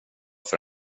för